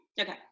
Okay